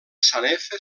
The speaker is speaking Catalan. sanefa